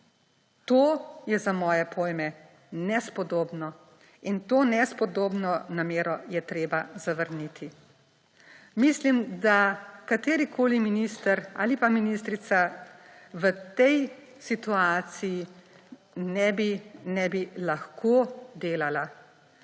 To je za moje pojme nespodobno. In to nespodobno namero je treba zavrniti. Mislim, da katerikoli minister ali pa ministrica v tej situaciji ne bi lahko delala.